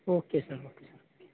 okay sir okay sir okay